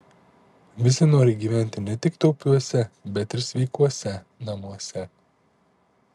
visi nori gyventi ne tik taupiuose bet ir sveikuose namuose